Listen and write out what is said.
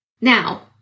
now